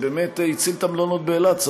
שהציל את המלונות באילת,